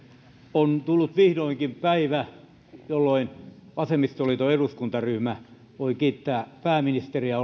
on tullut vihdoinkin päivä jolloin vasemmistoliiton eduskuntaryhmä voi kiittää pääministeriä